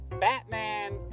Batman